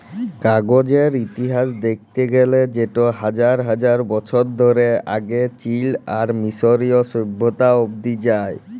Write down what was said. কাগজের ইতিহাস দ্যাখতে গ্যালে সেট হাজার হাজার বছর আগে চীল আর মিশরীয় সভ্যতা অব্দি যায়